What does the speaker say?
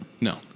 No